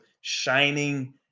shining